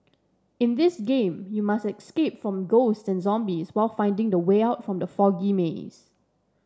in this game you must escape from ghosts and zombies while finding the way out from the foggy maze